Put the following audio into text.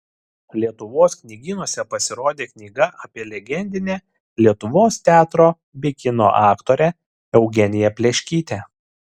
lietuvos knygynuose pasirodė knyga apie legendinę lietuvos teatro bei kino aktorę eugeniją pleškytę